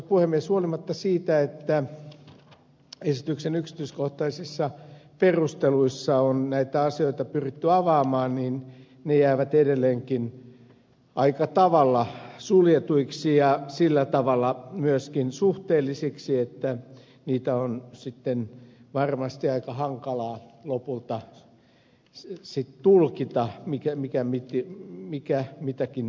huolimatta siitä että esityksen yksityiskohtaisissa perusteluissa on näitä asioita pyritty avaamaan ne jäävät edelleenkin aika tavalla suljetuiksi ja sillä tavalla myöskin suhteellisiksi että niitä on varmasti aika hankala lopulta tulkita mikä mitäkin on